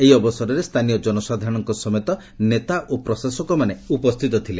ଏହି ଅବସରରେ ସ୍କାନୀୟ ଜନସାଧାରଣଙ୍କ ସମେତ ନେତା ଓ ପ୍ରଶାସକ ଉପସ୍କିତ ଥିଲେ